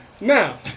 Now